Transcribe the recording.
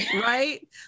right